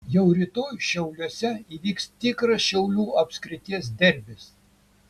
jau rytoj šiauliuose įvyks tikras šiaulių apskrities derbis